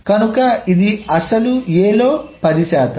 కనుక ఇది అసలు A లో 10 శాతం